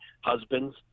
husbands